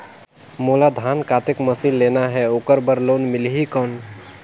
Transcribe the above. मोला धान कतेक मशीन लेना हे ओकर बार लोन मिलही कौन?